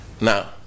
Now